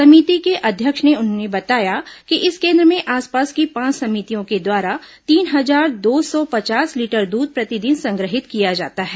समिति के अध्यक्ष ने उन्हें बताया कि इस केन्द्र में आसपास की पांच समितियों के द्वारा तीन हजार दो सौ पचास लीटर दूध प्रतिदिन संग्रहित किया जाता है